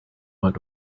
want